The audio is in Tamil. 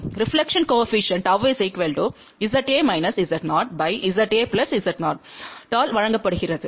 reflection coefficient Γ Z A Z0 ஆல் வழங்கப்படுகிறது